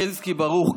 חזקי ברוך,